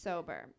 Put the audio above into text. Sober